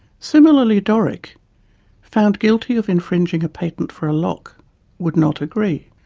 similarly doric found guilty of infringing a patent for a lock would not agree.